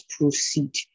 proceed